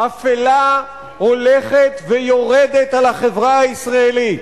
אפלה הולכת ויורדת על החברה הישראלית.